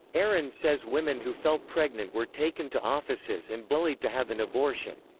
aaron says women who fell pregnant were taken to offices and bullied to have an abortion.